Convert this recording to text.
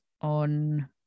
on